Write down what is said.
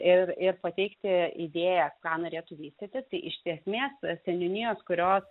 ir ir pateikti idėją ką norėtų vystyti tai iš esmės seniūnijos kurios